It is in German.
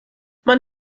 man